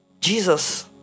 jesus